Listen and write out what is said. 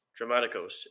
Dramaticos